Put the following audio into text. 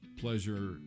pleasure